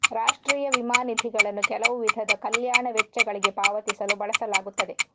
ರಾಷ್ಟ್ರೀಯ ವಿಮಾ ನಿಧಿಗಳನ್ನು ಕೆಲವು ವಿಧದ ಕಲ್ಯಾಣ ವೆಚ್ಚಗಳಿಗೆ ಪಾವತಿಸಲು ಬಳಸಲಾಗುತ್ತದೆ